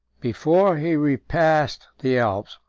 before he repassed the alps,